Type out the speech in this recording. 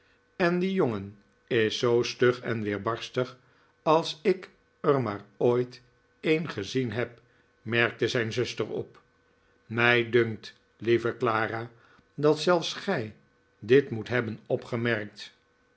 en die jongen is zoo stug en weerbarstig als ik er maar ooit een gezien heb merkte zijn zuster op mij dunkt lieve clara dat zelfs gij dit moet hebben opgemerkt